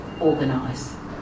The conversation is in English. organise